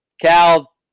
Cal